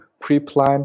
pre-plan